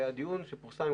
והיה דיון שפורסם,